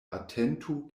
atentu